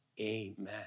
Amen